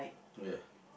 oh ya